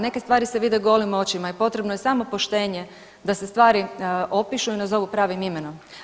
Neke stvari se vide golim očima i potrebno je samo poštenje da se stvari opišu i nazovu pravim imenom.